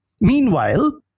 Meanwhile